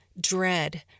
dread